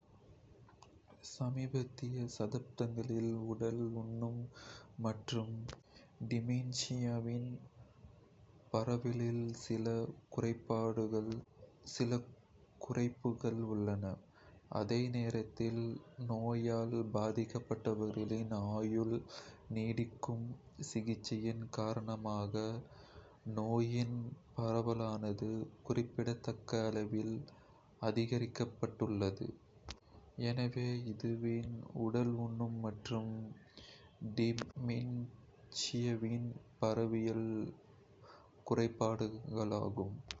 சமீபத்திய தசாப்தங்களில், உடல் ஊனம் மற்றும் டிமென்ஷியாவின் பரவலில் சில குறைப்புக்கள் உள்ளன. அதே நேரத்தில், நோயால் பாதிக்கப்பட்டவர்களின் ஆயுளை நீட்டிக்கும் சிகிச்சையின் காரணமாக, நோயின் பரவலானது குறிப்பிடத்தக்க அளவில் அதிகரித்துள்ளது.